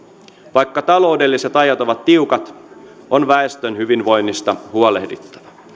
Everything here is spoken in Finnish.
vaikka taloudelliset ajat ovat tiukat on väestön hyvinvoinnista huolehdittava